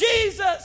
Jesus